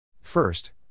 First